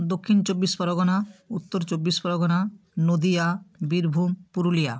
দক্ষিণ চব্বিশ পরগনা উত্তর চব্বিশ পরগনা নদিয়া বীরভূম পুরুলিয়া